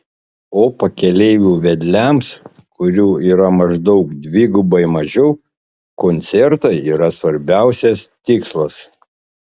o pakeleivių vedliams kurių yra maždaug dvigubai mažiau koncertai yra svarbiausias tikslas